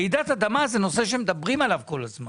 רעידת אדמה זה נושא שמדברים עליו כל הזמן,